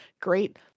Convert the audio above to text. great